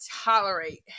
tolerate